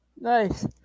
Nice